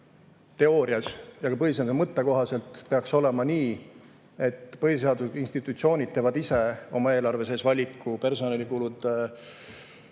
teoorias kui ka põhiseaduse mõtte kohaselt peaks olema nii, et põhiseaduslikud institutsioonid teevad ise oma eelarve sees valiku personalikulude